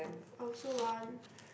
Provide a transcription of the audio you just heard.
I also want